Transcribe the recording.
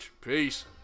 Peace